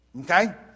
Okay